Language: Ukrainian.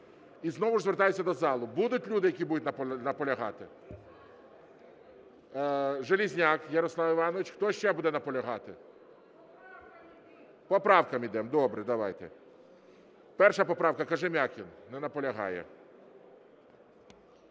І знову звертаюся до залу: будуть люди, які будуть наполягати? Железняк Ярослав Іванович. Хто ще буде наполягати? По правкам ідемо. Добре, давайте. 1 поправка, Кожем'якін. Не наполягає.